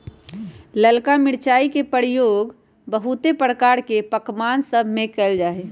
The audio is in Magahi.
ललका मिरचाई के प्रयोग बहुते प्रकार के पकमान सभमें कएल जाइ छइ